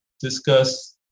discuss